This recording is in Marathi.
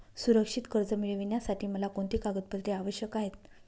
सुरक्षित कर्ज मिळविण्यासाठी मला कोणती कागदपत्रे आवश्यक आहेत